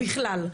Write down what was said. בכלל,